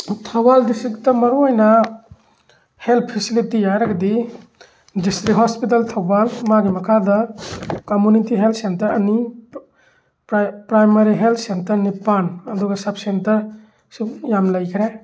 Thoubal district ꯃꯔꯨꯑꯣꯏꯅ health facility ꯍꯥꯏꯔꯒꯗꯤ district hospital Thoubal ꯃꯥꯒꯤ ꯃꯈꯥꯗ ꯀꯝꯃꯨꯅꯤꯇꯤ ꯍꯦꯜꯠ ꯁꯦꯟꯇꯔ ꯑꯅꯤ ꯄ꯭ꯔꯥꯏꯃꯥꯔꯤ ꯍꯦꯜꯠ ꯁꯦꯟꯇꯔ ꯅꯤꯄꯥꯟ ꯑꯗꯨꯒ ꯁꯕ ꯁꯦꯟꯇꯔ ꯁꯨꯝ ꯌꯥꯝ ꯂꯩꯈ꯭ꯔꯦ